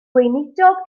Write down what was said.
gweinidog